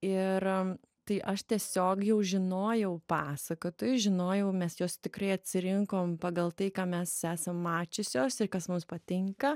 ir tai aš tiesiog jau žinojau pasakotuju žinojau mes juos tikrai atsirinkom pagal tai ką mes esam mačiusios ir kas mums patinka